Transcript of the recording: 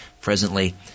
Presently